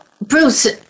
Bruce